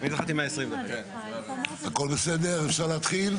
הכל בסדר, אפשר להתחיל?